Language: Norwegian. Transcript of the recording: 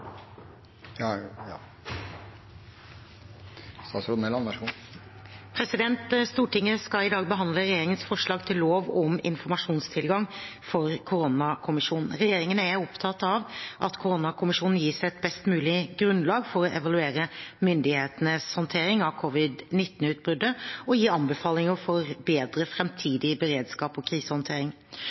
Stortinget skal i dag behandle regjeringens forslag til lov om informasjonstilgang for koronakommisjonen. Regjeringen er opptatt av at koronakommisjonen gis et best mulig grunnlag for å evaluere myndighetenes håndtering av covid-19-utbruddet og gi anbefalinger for bedre framtidig beredskap og